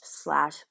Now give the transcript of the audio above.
slash